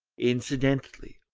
incidentally,